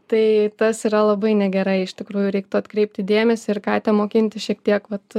tai tas yra labai negerai iš tikrųjų reiktų atkreipti dėmesį ir katę mokinti šiek tiek vat